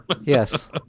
Yes